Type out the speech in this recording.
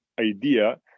idea